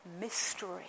mystery